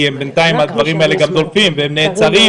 כי בינתיים הדברים האלה דולפים והם נעצרים,